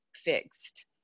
fixed